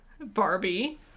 Barbie